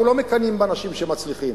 אנחנו לא מקנאים באנשים שמצליחים.